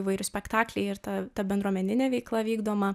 įvairūs spektakliai ir ta ta bendruomeninė veikla vykdoma